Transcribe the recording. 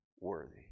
worthy